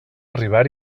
arribar